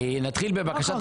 מה אחר כך?